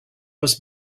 was